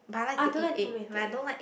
I don't like tomato eh